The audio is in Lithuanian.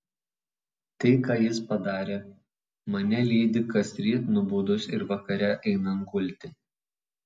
tai ką jis padarė mane lydi kasryt nubudus ir vakare einant gulti